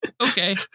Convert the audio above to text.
Okay